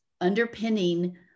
Underpinning